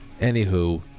Anywho